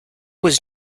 was